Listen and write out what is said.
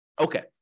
okay